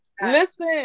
Listen